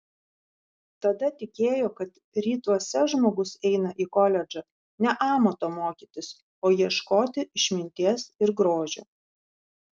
tada tikėjo kad rytuose žmogus eina į koledžą ne amato mokytis o ieškoti išminties ir grožio